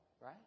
right